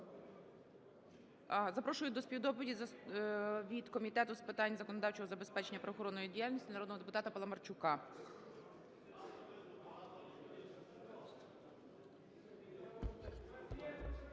запрошую до співдоповіді від Комітету з питань законодавчого забезпечення правоохоронної діяльності народного депутата Паламарчука.